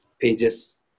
pages